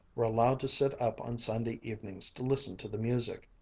were allowed to sit up on sunday evenings to listen to the music.